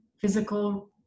physical